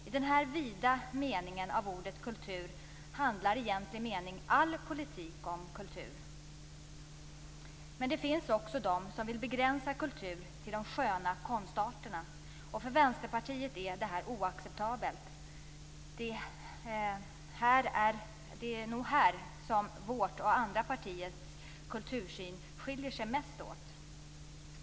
I denna vida mening av ordet kultur handlar i egentlig mening all politik om kultur. Men det finns också de som vill begränsa kulturen till de sköna konstarterna. För Vänsterpartiet är detta oacceptabelt. Det är nog här som vårt och andra partiers kultursyn skiljer sig mest åt.